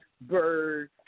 Bird